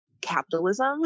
capitalism